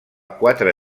quatre